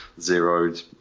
zeroed